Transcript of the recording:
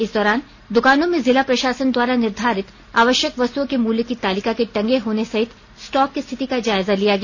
इस दौरान दुकानों में जिला प्रशासन द्वारा निर्धारित आवश्यक वस्तुओं के मूल्य की तालिका के टंगे होने सहित स्टॉक के स्थिति का जायजा लिया गया